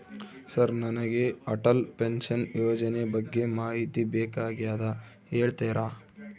Sir ನನಗೆ Atal pension ಯೋಜನೆ ಬಗ್ಗೆ ಮಾಹಿತಿ ಬೇಕಾಗ್ಯದ ಹೇಳ್ತೇರಾ?